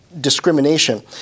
discrimination